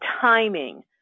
timing